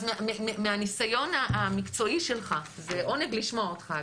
אז מהניסיון המקצועי שלך וזה עונג לשמוע אותך,